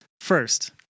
First